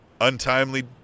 untimely